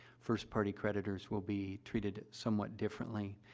first-party creditors will be treated somewhat differently.